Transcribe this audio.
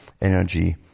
energy